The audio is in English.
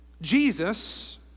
Jesus